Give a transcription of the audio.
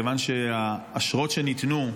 מכיוון שהאשרות שניתנו,